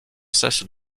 cesse